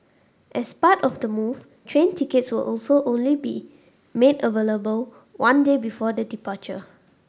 as part of the move train tickets will also only be made available one day before the departure